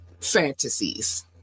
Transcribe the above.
fantasies